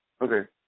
Okay